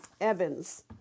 Evans